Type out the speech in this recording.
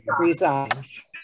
resigns